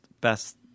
best